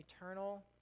eternal